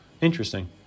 interesting